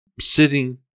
sitting